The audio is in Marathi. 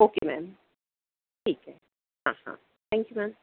ओके मॅम ठीक आहे हां हां थँक यू मॅम